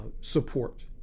support